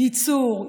ייצור,